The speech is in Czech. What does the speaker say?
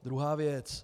Druhá věc.